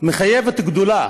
מחייבת גדוּלה,